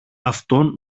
αυτόν